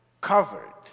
covered